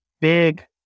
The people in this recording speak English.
big